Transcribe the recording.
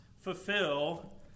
fulfill